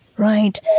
Right